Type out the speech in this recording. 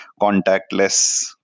contact-less